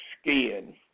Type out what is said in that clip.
skiing